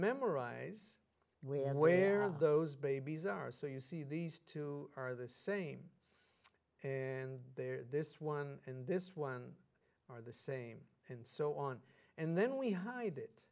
memorize where where are those babies are so you see these two are the same and they're this one and this one are the same and so on and then we hide it